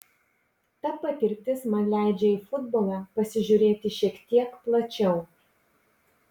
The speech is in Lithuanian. ta patirtis man leidžia į futbolą pasižiūrėti šiek tiek plačiau